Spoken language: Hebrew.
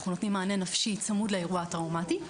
אנחנו נותנים מענה נפשי צמוד לאירוע הטראומטי.